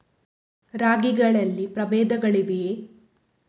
ರಾಗಿಗಳಲ್ಲಿ ಪ್ರಬೇಧಗಳಿವೆಯೇ?